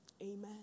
Amen